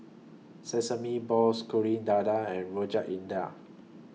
Sesame Balls Kuih Dadar and Rojak India